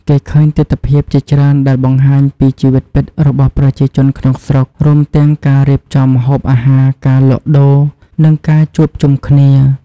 គេឃើញទិដ្ឋភាពជាច្រើនដែលបង្ហាញពីជីវិតពិតរបស់ប្រជាជនក្នុងស្រុក រួមទាំងការរៀបចំម្ហូបអាហារ ការលក់ដូរ និងការជួបជុំគ្នា។